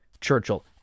Churchill